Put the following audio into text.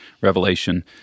revelation